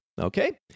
Okay